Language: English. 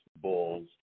Bulls